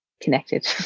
connected